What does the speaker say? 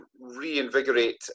reinvigorate